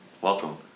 welcome